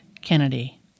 Kennedy